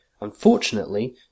Unfortunately